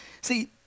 See